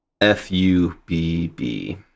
F-U-B-B